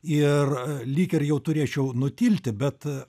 ir lyg ir jau turėčiau nutilti bet